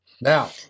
now